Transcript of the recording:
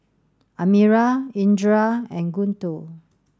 Amirah Indra and Guntur